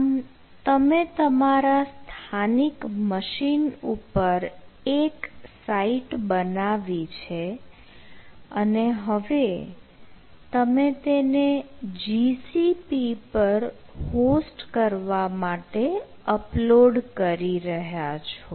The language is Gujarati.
આમ તમે તમારા સ્થાનિક મશીન ઉપર એક સાઇટ બનાવી છે અને હવે તમે તેને GCP પર હોસ્ટ કરવા માટે અપલોડ કરી રહ્યા છો